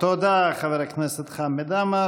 תודה, חבר הכנסת חמד עמאר.